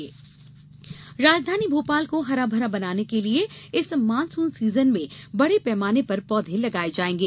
पौध रोपण राजधानी भोपाल को हरा भरा बनाने के लिए इस मानसून सीजन में बड़े पैमाने पर पौधे लगाए जाएंगे